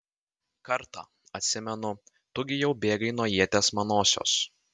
kartą atsimenu tu gi jau bėgai nuo ieties manosios